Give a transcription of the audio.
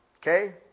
Okay